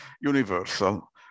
universal